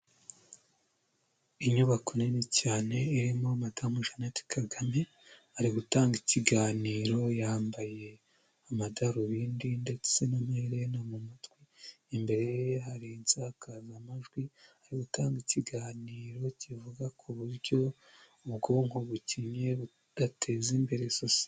Inyubako nini cyane irimo madamu Jeannette Kagame ari gutanga ikiganiro yambaye amadarubindi ndetse n'amaherena ku matwi, imbere hari insakaza amajwi ari gutanga ikiganiro kivuga ku buryo ubwonko bukennye budateza imbere sosiyeti.